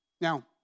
Now